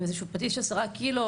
עם איזה שהוא פטיש 10 קילו,